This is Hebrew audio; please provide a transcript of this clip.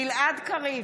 גלעד קריב,